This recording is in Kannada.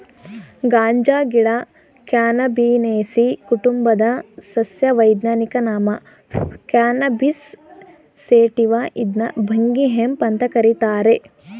ಗಾಂಜಾಗಿಡ ಕ್ಯಾನಬಿನೇಸೀ ಕುಟುಂಬದ ಸಸ್ಯ ವೈಜ್ಞಾನಿಕ ನಾಮ ಕ್ಯಾನಬಿಸ್ ಸೇಟಿವ ಇದ್ನ ಭಂಗಿ ಹೆಂಪ್ ಅಂತ ಕರೀತಾರೆ